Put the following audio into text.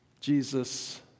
Jesus